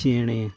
ᱪᱮᱬᱮ